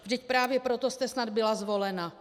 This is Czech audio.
Vždyť právě proto jste snad byla zvolena.